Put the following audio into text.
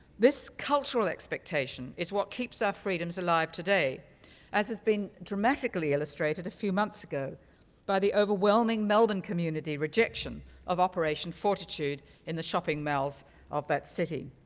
this cultural expectation is what keeps our freedoms alive today as has been dramatically illustrated a few months ago by the overwhelming melbourne community rejection of operation fortitude in the shopping malls of that city.